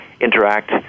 interact